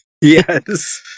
Yes